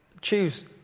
Choose